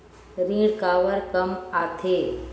ऋण काबर कम आथे?